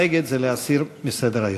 נגד זה להסיר מסדר-היום.